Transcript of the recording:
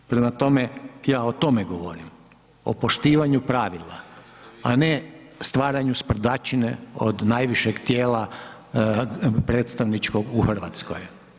Prema tome, ja o tome govorim, o poštovanju pravila a ne stvaranju sprdačine od najvišeg tijela predstavničkog u Hrvatskoj.